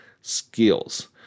skills